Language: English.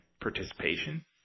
participation